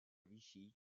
vichy